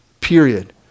Period